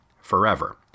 Forever